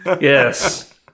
Yes